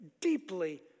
deeply